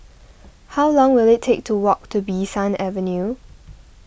how long will it take to walk to Bee San Avenue